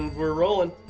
we're rolling.